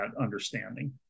understanding